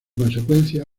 consecuencia